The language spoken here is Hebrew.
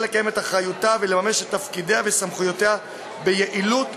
לקיים את אחריותה ולממש את תפקידיה וסמכויותיה ביעילות,